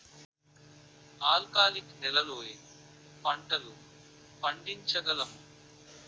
ఆల్కాలిక్ నెలలో ఏ పంటలు పండించగలము?